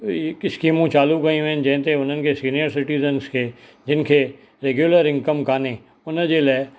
ई स्कीमूं चालू कयूं आहिनि जंहिं ते उन्हनि खे सीनियर सिटीजंस खे जिन खे रेगुलर इनकम कोन्हे हुन जे लाइ